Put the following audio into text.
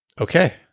Okay